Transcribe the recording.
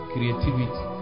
Creativity